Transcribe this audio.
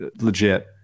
legit